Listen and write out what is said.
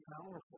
powerful